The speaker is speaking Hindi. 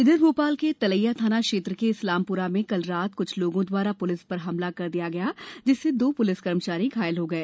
इधर भोपाल के तलैया थाना क्षेत्र के इस्लामपुरा में कल रात कुछ लोगों द्वारा पुलिस पर हमला कर दिया गया जिससे दो पुलिस कर्मचारी घायल हो गए